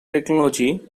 technology